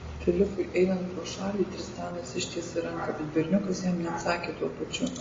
filipui einant pro šalį tristanas ištiesė ranką bet berniukas jam neatsakė tuo pačiu